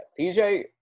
PJ